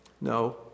No